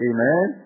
Amen